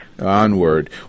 Onward